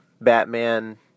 Batman